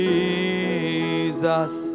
Jesus